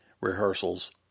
rehearsals